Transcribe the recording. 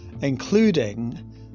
including